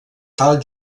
tal